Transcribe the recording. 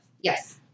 Yes